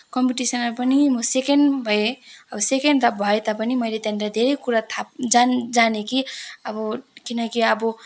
कम्पिटिसनमा पनि म सेकेन्ड भएँ अब सेकेन्ड त भए तापनि मैले त्यहाँनिर धेरै कुरा जाने जाने कि अब किनकि अब